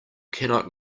cannot